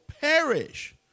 perish